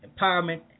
empowerment